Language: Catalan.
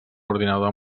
ordinador